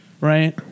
right